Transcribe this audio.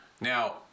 Now